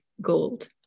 gold